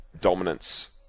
dominance